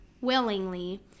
willingly